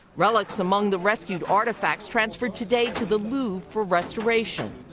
relics among the rescued artifacts transferred today to the louvre for restoration.